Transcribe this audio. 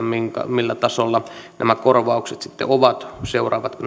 millä tasolla nämä korvaukset sitten ovat ja seuraavatko